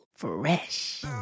fresh